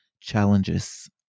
challenges